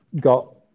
got